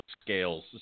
scales